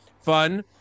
fun